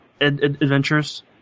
adventures